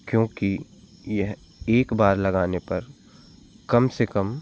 क्योंकि यह एक बार लगाने पर कम से कम